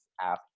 app